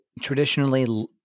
Traditionally